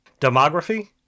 Demography